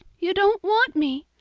you don't want me!